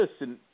listen